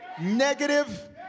negative